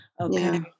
Okay